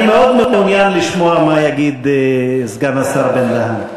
אני מאוד מעוניין לשמוע מה יגיד סגן השר בן-דהן.